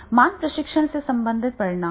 मान प्रशिक्षण से संबंधित परिणाम हैं